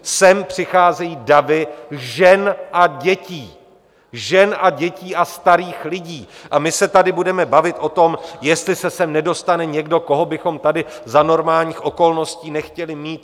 Sem přicházejí davy žen a dětí, žen a dětí a starých lidí, a my se tady budeme bavit o tom, jestli se sem nedostane někdo, koho bychom tady za normálních okolností nechtěli mít?